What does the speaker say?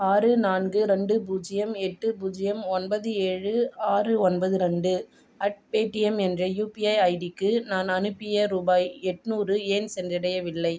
ஆறு நான்கு இரண்டு பூஜ்ஜியம் எட்டு பூஜ்ஜியம் ஒன்பது ஏழு ஆறு ஒன்பது இரண்டு அட் பேடிஎம் என்ற யூபிஐ ஐடிக்கு நான் அனுப்பிய ரூபாய் எண்நூறு ஏன் சென்றடையவில்லை